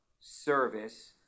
service